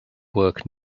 work